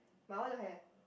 my one don't have